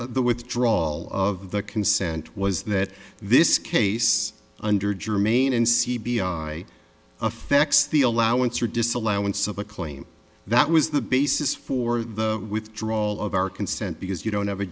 the withdrawal of the consent was that this case under jermaine and c b i affects the allowance or disallowance of a claim that was the basis for the withdrawal of our consent because you don't have a